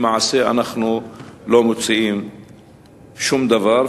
למעשה אנחנו לא מוצאים שום דבר,